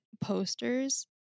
posters